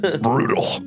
Brutal